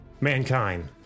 Mankind